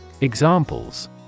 Examples